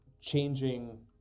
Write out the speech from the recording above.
changing